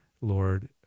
Lord